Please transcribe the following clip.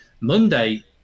Monday